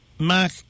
Mark